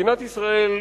מדינת ישראל,